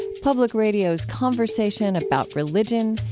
public radio's conversation about religion,